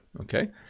okay